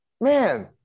Man